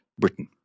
Britain